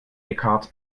eckhart